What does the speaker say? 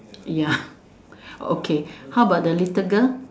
ya okay how about the little girl